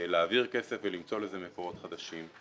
יעביר כסף ולמצוא לזה מקורות חדשים.